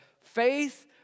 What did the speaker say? Faith